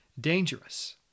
dangerous